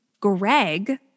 Greg